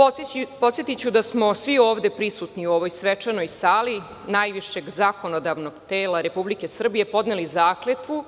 BN/IRPodsetiću da smo svi ovde prisutni u ovoj svečanoj sali najvišeg zakonodavnog tela Republike Srbije podneli zakletvu